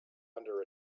under